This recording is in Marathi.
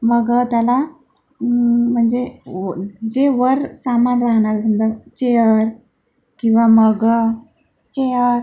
मग त्याला म्हणजे व जे वर सामान राहणार समजा चेअर किंवा मग चेअर